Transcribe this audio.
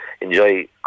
enjoy